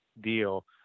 deal